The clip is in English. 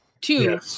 Two